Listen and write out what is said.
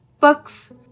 books